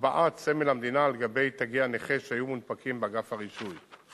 הטבעת סמל המדינה על גבי תגי הנכה שהיו מונפקים באגף הרישוי.